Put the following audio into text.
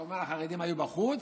כמובן, החרדים היו בחוץ.